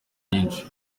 myinshi